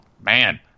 man